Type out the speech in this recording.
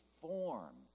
form